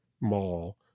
mall